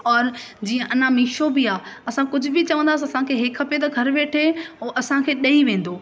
और जीअं अञा मीशो बि आहे असां कुझु बि चवंदासीं असांखे इहे खपे त घरु वेठे उहो असांखे ॾेई वेंदो